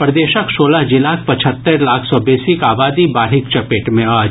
प्रदेशक सोलह जिलाक पचहत्तरि लाख सॅ बेसीक आबादी बाढ़िक चपेट मे अछि